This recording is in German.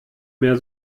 mehr